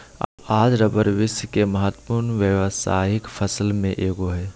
आज रबर विश्व के महत्वपूर्ण व्यावसायिक फसल में एगो हइ